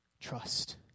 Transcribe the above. Trust